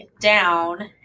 down